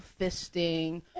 fisting